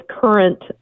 current